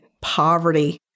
poverty